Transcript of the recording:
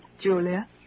Julia